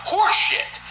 Horseshit